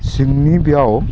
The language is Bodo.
जोंनि बेयाव